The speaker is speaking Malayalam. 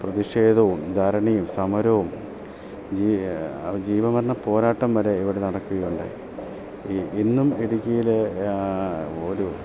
പ്രതിഷേധവും ധരണിയും സമരോം ജീവൻമരണ പോരാട്ടം വരെ ഇവടെ നടക്കുക ഉണ്ടായി ഈ ഇന്നും ഇടുക്കിയിൽ ഒരു